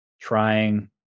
trying